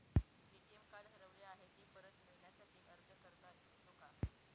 ATM card हरवले आहे, ते परत मिळण्यासाठी अर्ज करता येतो का?